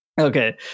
Okay